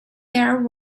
there